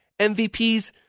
MVPs